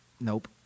Nope